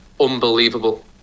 unbelievable